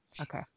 Okay